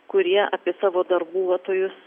kurie apie savo darbuotojus